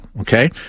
Okay